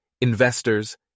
investors